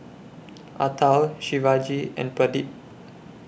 Atal Shivaji and Pradip